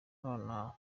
naho